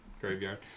graveyard